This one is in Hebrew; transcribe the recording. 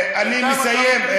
עכשיו אני מסיים,